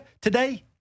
today